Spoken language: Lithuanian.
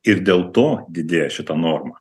ir dėl to didėja šita norma